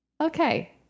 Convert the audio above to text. okay